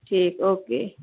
ٹھیک ہے اوکے